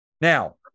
Now